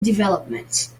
developments